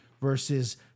versus